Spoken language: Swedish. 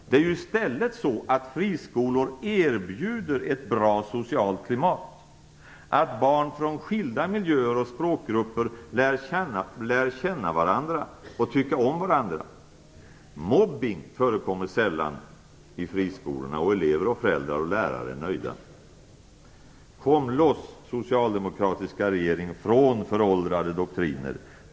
Det är ju i stället så att friskolor erbjuder ett bra socialt klimat, att barn från skilda miljöer och språkgrupper lär känna varandra och tycka om varandra. Mobbning förekommer sällan i friskolorna, och elever, föräldrar och lärare är nöjda. Kom loss, socialdemokratiska regeringen, från föråldrade doktriner.